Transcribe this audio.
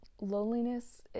Loneliness